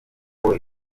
kuko